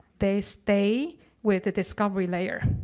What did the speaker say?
they stay with the discovery layer.